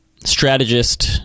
strategist